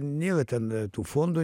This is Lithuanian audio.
nėra ten tų fondų